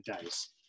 days